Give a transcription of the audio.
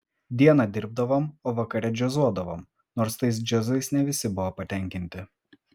dieną dirbdavom o vakare džiazuodavom nors tais džiazais ne visi buvo patenkinti